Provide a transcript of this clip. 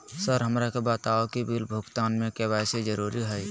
Sir हमरा के बताओ कि बिल भुगतान में के.वाई.सी जरूरी हाई?